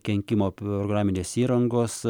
kenkimo programinės įrangos